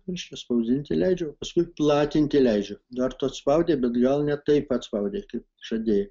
reiškia išspausdinti leidžiu o paskui platinti leidžiu dar tuos spaudei bet gal ne taip atspaudei kaip žadėjai